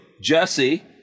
Jesse